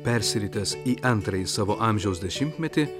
persiritęs į antrąjį savo amžiaus dešimtmetį